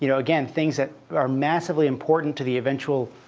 you know again, things that are massively important to the eventual